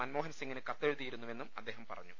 മൻമോഹൻസിം ഗിന് കത്തെഴുതിയിരുന്നുവെന്നും അദ്ദേഹം പറഞ്ഞു